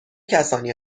کسانی